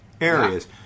areas